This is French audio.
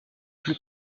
plus